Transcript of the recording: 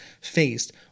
faced